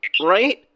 right